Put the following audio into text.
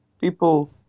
people